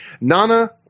Nana